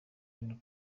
hano